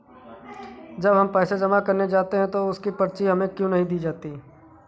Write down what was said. जब हम पैसे जमा करने जाते हैं तो उसकी पर्ची हमें क्यो नहीं दी जाती है?